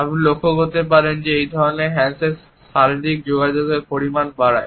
আপনি লক্ষ্য করতে পারেন যে এই ধরণের হ্যান্ডশেক শারীরিক যোগাযোগের পরিমাণ বাড়ায়